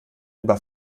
über